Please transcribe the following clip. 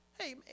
Hey